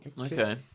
Okay